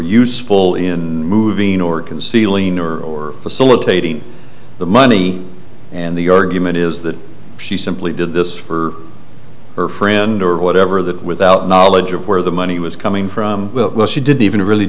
useful in moving or concealing or facilitating the money and the argument is that she simply did this for her friend or whatever that without knowledge of where the money was coming from she didn't even really